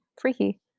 freaky